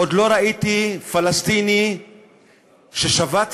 עוד לא ראיתי פלסטיני ששבת רעב,